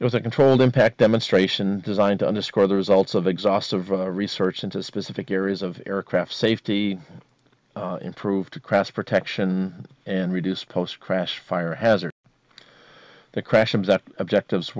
it was a controlled impact demonstration designed to underscore the results of exhaustive research into specific areas of aircraft safety improved cross protection and reduced post crash fire hazard the crash of that objectives